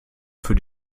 für